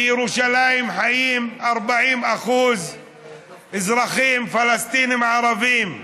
בירושלים חיים 40% אזרחים פלסטינים ערבים,